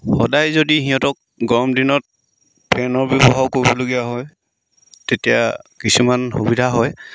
সদায় যদি সিহঁতক গৰম দিনত ফেনৰ ব্যৱহাৰো কৰিবলগীয়া হয় তেতিয়া কিছুমান সুবিধা হয়